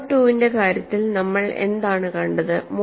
mode II ന്റെ കാര്യത്തിൽ നമ്മൾ എന്താണ് കണ്ടത്